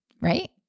Right